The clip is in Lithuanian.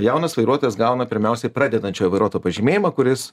tai jaunas vairuotojas gauna pirmiausiai pradedančiojo vairuotojo pažymėjimą kuris